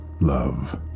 love